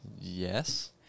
Yes